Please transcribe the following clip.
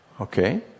Okay